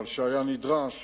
אבל שהיה נדרש,